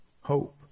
hope